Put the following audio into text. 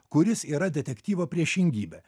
kuris yra detektyvo priešingybė